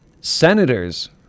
Senators